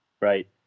Right